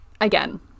again